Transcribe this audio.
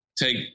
take